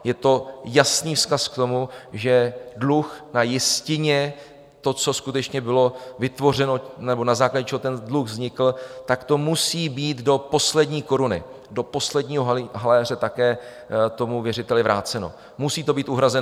Je to jasný vzkaz k tomu, že dluh na jistině, to, co skutečně bylo vytvořeno nebo na základě čeho ten dluh vznikl, to musí být do poslední koruny, do posledního haléře také věřiteli vráceno, musí to být uhrazeno.